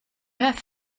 have